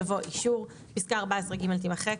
ואישור" יבוא "אישור"; פסקה (14ג) תימחק,